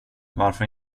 varför